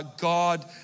God